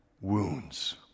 wounds